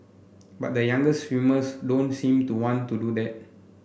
but the younger swimmers don't seem to want to do that